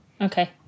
Okay